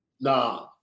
Nah